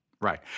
right